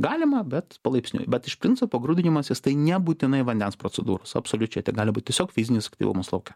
galima bet palaipsniui bet iš principo grūdinimasis tai nebūtinai vandens procedūros absoliučiai tai gali būt tiesiog fizinis aktyvumas lauke